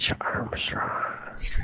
Armstrong